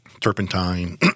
turpentine